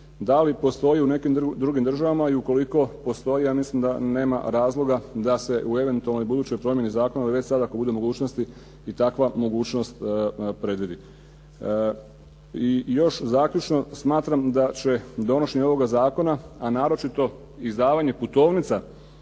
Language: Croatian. da li postoji u nekim drugim državama i ukoliko postoji ja mislim da nema razloga da se u eventualnoj budućoj promjeni zakona već sada ako bude mogućnosti i takva mogućnost predvidi. I još zaključno, smatram da će donošenje ovoga zakona a naročito izdavanje putovnica